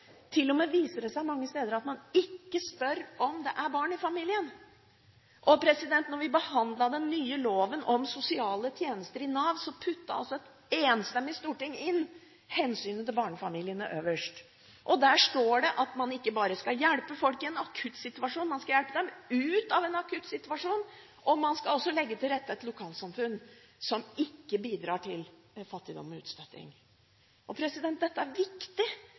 barn i familien. Da vi behandlet den nye loven om sosiale tjenester i Nav, satte et enstemmig storting hensynet til barnefamiliene øverst. Der står det at man ikke bare skal hjelpe folk i en akutt situasjon, man skal hjelpe dem ut av en akutt situasjon, og man skal også legge til rette for et lokalsamfunn som ikke bidrar til fattigdom og utstøting. Dette er viktig,